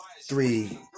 three